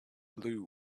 blew